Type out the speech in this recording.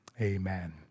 amen